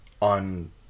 On